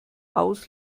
aus